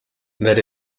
that